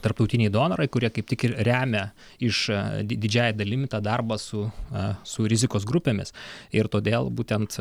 tarptautiniai donorai kurie kaip tik ir remia iš didžiąja dalimi tą darbą su su rizikos grupėmis ir todėl būtent